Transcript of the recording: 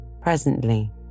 Presently